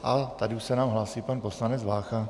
A tady už se nám hlásí pan poslanec Vácha.